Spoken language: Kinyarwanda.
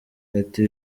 ati